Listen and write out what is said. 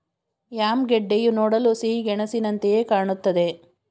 yam ಗೆಡ್ಡೆಯು ನೋಡಲು ಸಿಹಿಗೆಣಸಿನಂತೆಯೆ ಕಾಣುತ್ತದೆ